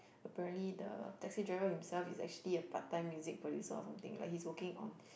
apparently the taxi driver himself is actually a part time music producer or something like he's working on